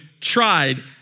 tried